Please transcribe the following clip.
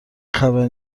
خبری